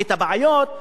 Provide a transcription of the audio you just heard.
הבעיות.